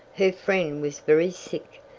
her friend was very sick,